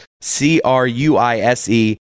C-R-U-I-S-E